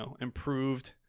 improved